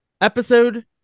Episode